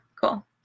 Cool